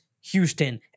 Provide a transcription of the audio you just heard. Houston